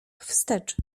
wstecz